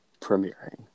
Premiering